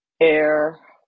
air